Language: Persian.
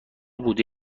بوده